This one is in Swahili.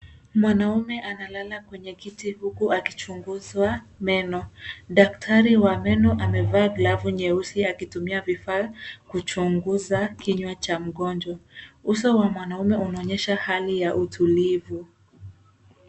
Mwanamme analala kwenye kiti huku akichunguzwa meno. Daktari wa meno amevaa glavu nyeusi akitumia vifaa kuchunguza kinywa cha mgonjwa. Uso wa mwanamme unaonyesha hali ya utulivu.